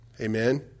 Amen